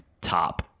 top